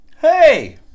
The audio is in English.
hey